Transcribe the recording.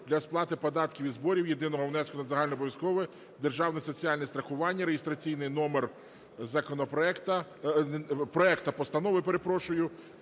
для сплати податків і зборів, єдиного внеску на загальнообов'язкове державне соціальне страхування реєстраційний номер законопроекту, проекту постанови, я перепрошую,